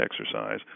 exercise